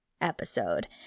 episode